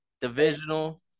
Divisional